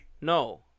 No